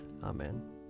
Amen